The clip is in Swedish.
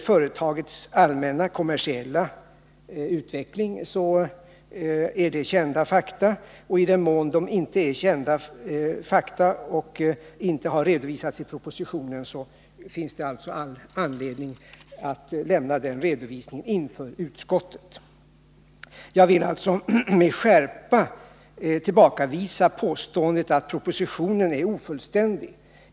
Företagets allmänna kommersiella utveckling är bekant. I den mån det inte är fråga om kända fakta, som inte har redovisats i propositionen, finns det anledning att lämna den redovisningen inför utskottet. Jag vill sålunda med skärpa tillbakavisa påståendet att propositionen är ofullständig.